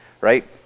right